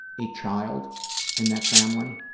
a child in that family,